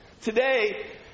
Today